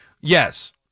Yes